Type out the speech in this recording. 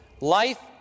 life